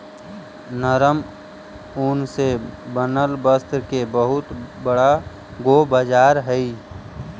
नरम ऊन से बनल वस्त्र के बहुत बड़ा गो बाजार हई